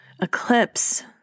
eclipse